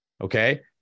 Okay